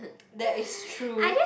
that is true